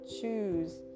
choose